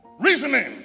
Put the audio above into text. Reasoning